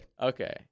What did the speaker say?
Okay